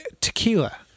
tequila